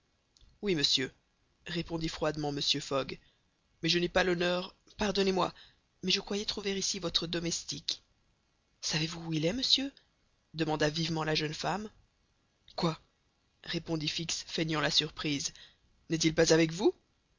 oui monsieur répondit froidement mr fogg mais je n'ai pas l'honneur pardonnez-moi mais je croyais trouver ici votre domestique savez-vous où il est monsieur demanda vivement la jeune femme quoi répondit fix feignant la surprise n'est-il pas avec vous